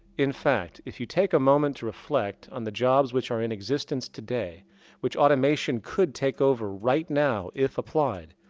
in fact, if you take a moment to reflect on the jobs which are in existence today which automation could take over right now if applied,